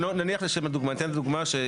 נניח לשם הדוגמה, ניתן דוגמה.